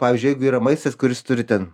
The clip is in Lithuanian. pavyzdžiui jeigu yra maistas kuris turi ten